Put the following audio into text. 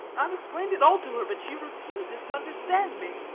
i have explained it all to her, but she refuses to understand me.